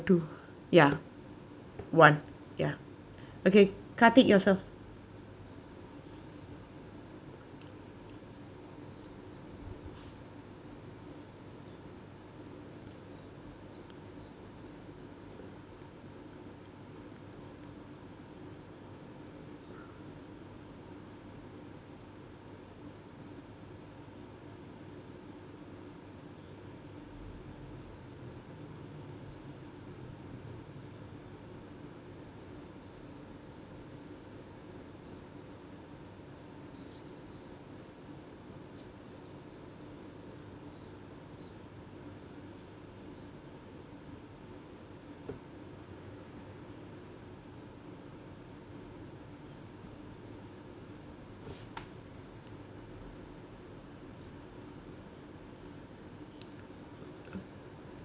two ya one ya okay khatik yourself